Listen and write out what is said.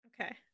okay